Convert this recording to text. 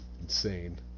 Insane